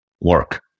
work